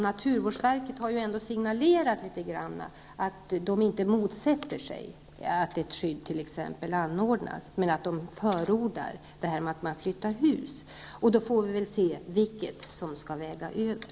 Naturvårdsverket har ju ändå i någon mån signalerat att man inte motsätter sig att t.ex. ett skydd anordnas men att man ändå förordar att husen flyttas. Vi får väl då se vilket som skall väga över.